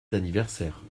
d’anniversaire